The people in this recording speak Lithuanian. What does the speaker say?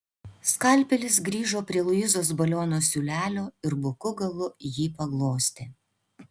skalpelis grįžo prie luizos baliono siūlelio ir buku galu jį paglostė